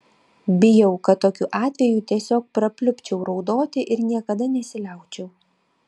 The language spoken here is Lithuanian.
bijau kad tokiu atveju tiesiog prapliupčiau raudoti ir niekada nesiliaučiau